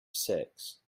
six